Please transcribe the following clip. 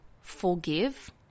forgive